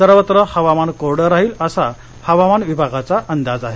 सर्वत्र हवामान कोरडं राहील असा हवामान विभागाचा अंदाज आहे